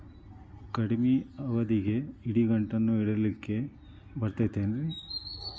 ಕಡಮಿ ಅವಧಿಗೆ ಇಡಿಗಂಟನ್ನು ಇಡಲಿಕ್ಕೆ ಬರತೈತೇನ್ರೇ?